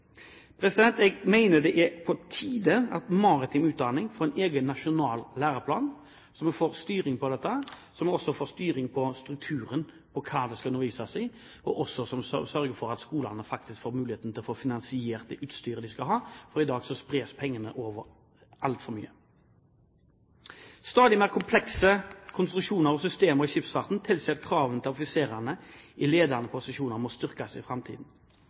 Jeg mener det er på tide at maritim utdanning får en egen nasjonal læreplan, slik at vi får styring på dette. Så må vi også få styring på strukturen når det gjelder hva det skal undervises i, og sørge for at skolene får mulighet til å finansiere det utstyret de skal ha. I dag spres pengene på altfor mye. Stadig mer komplekse konstruksjoner og systemer i skipsfarten tilsier at kravene til sjøoffiserer i ledende posisjoner bør styrkes.